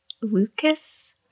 Lucas